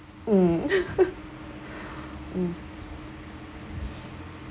mm mm